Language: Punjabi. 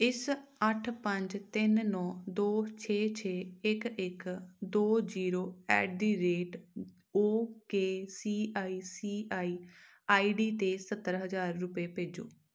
ਇਸ ਅੱਠ ਪੰਜ ਤਿੰਨ ਨੌ ਦੋ ਛੇ ਛੇ ਇੱਕ ਇੱਕ ਦੋ zero at the rate O K C I C I I D 'ਤੇ ਸੱਤਰ ਹਜ਼ਾਰ ਰੁਪਏ ਭੇਜੋ